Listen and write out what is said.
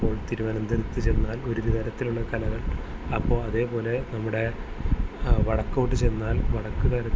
ഇപ്പോൾ തിരുവനന്തരത്ത് ചെന്നാൽ ഒരു തരത്തിലുള്ള കലകൾ അപ്പോള് അതേപോലെ നമ്മുടെ വടക്കോട്ട് ചെന്നാൽ വടക്ക്